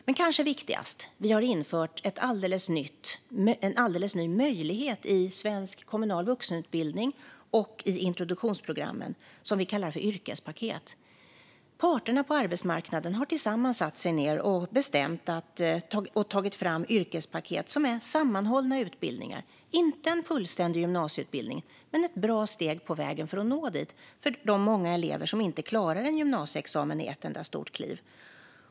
Men det kanske viktigaste är att vi har infört en alldeles ny möjlighet i svensk kommunal vuxenutbildning och i introduktionsprogrammen som vi kallar yrkespaket. Parterna på arbetsmarknaden har tillsammans satt sig ned och tagit fram yrkespaket som är sammanhållna utbildningar. Det är inte fullständiga gymnasieutbildningar men ett bra steg på vägen för att nå dit för de många elever som inte klarar en gymnasieexamen i ett enda stort kliv.